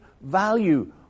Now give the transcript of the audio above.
value